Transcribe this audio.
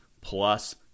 plus